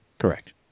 Correct